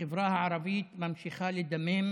החברה הערבית ממשיכה לדמם